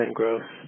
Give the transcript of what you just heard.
growth